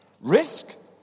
Risk